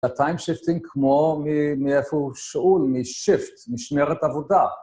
הטיימשיפטינג כמו, מאיפה הוא שאול? מ-שיפט, משמרת עבודה.